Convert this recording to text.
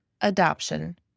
adoption